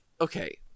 okay